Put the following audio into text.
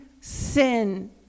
sin